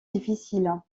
difficiles